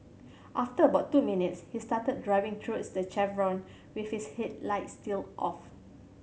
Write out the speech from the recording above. after about two minutes he started driving towards the chevron with his headlights still off